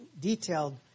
detailed